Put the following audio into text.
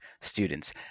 students